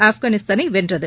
ஆப்கானிஸ்தானை வென்றது